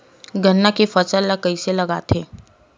गन्ना के फसल ल कइसे लगाथे?